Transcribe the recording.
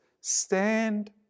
stand